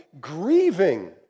grieving